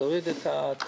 הכל כדי להוריד את התורים.